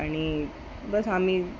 आणि बस आम्ही